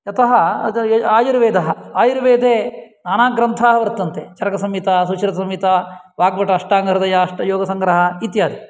यतः आयुर्वेदः आयुर्वेदे नाना ग्रन्थाः वर्तन्ते चरकसंहिता सुश्रुतसंहिता वाग्भटाष्टाङ्गहृदय अष्टयोगसंग्रहः इत्यादि